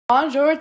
Bonjour